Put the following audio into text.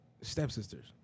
Stepsisters